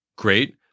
great